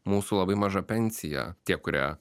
mūsų labai maža pensija tie kurie